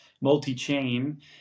multi-chain